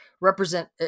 represent